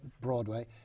Broadway